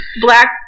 black